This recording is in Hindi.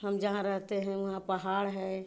हम जहाँ रहते हैं वहाँ पहाड़ है